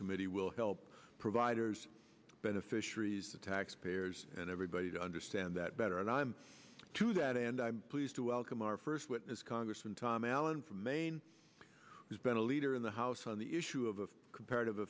committee will help providers beneficiaries of tax payers and everybody to understand that better and i'm to that and i'm pleased to welcome our first witness congressman tom allen from maine who has been a leader in the house on the issue of comparative